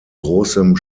großem